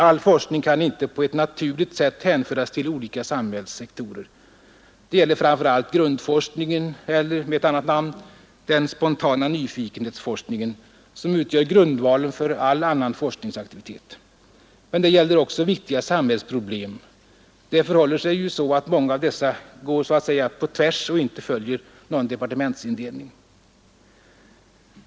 All forskning kan inte på ett naturligt sätt hänföras till olika samhällssektorer. Det gäller framför allt grundforskningen eller — med ett annat namn — den spontana nyfikenhetsforskningen, som utgör grundvalen för all annan forskningsaktivitet. Men det gäller också viktiga samhällsproblem. Det förhåller sig ju så att många av dessa går så att säga på tvärs och inte följer någon departementsindelning.